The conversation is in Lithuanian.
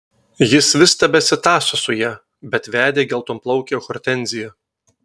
jis vis tebesitąso su ja bet vedė geltonplaukę hortenziją